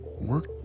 Work